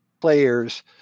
players